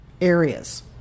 areas